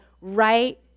right